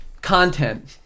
content